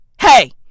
hey